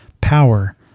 power